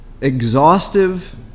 exhaustive